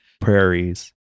prairies